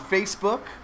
Facebook